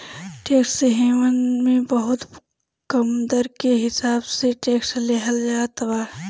tax haven मे बहुते कम दर के हिसाब से टैक्स लेहल जात बा